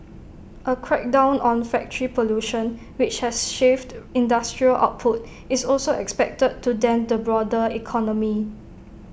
A crackdown on factory pollution which has shaved industrial output is also expected to dent the broader economy